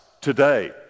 today